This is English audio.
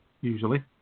usually